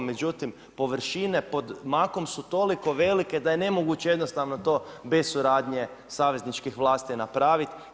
Međutim, površine pod makom su toliko velike da je nemoguće jednostavno to bez suradnje savezničkih vlasti napraviti.